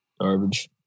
Garbage